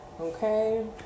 okay